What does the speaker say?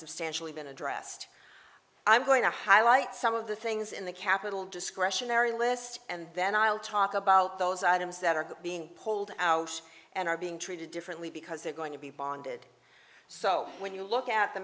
substantially been addressed i'm going to highlight some of the things in the capital discretionary list and then i'll talk about those items that are being pulled out and are being treated differently because they're going to be bonded so when you look at the